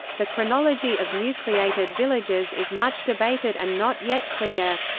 the chronology of nucleated villages is much debated and not yet clear.